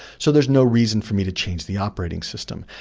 so there's no reason for me to change the operating system.